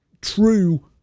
true